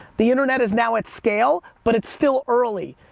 the internet is now at scale, but it's still early,